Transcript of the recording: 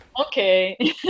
Okay